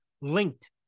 linked